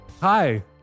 Hi